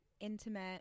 intimate